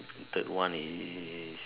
third one is